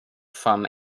from